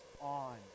on